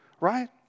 Right